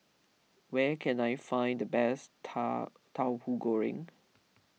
where can I find the best Tahu Goreng